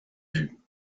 vue